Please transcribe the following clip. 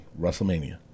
Wrestlemania